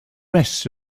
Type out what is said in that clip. rest